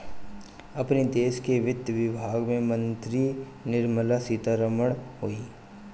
अपनी देस के वित्त विभाग के मंत्री निर्मला सीता रमण हई